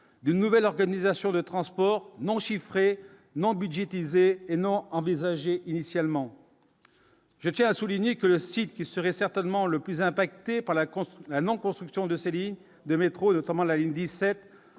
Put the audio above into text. d'une nouvelle organisation de transport non chiffrée non budgétisée et non envisagé initialement. Je tiens à souligner que le site qui serait certainement le plus impacté par la construire un en construction de ses lignes de métro notamment la ligne 17